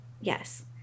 yes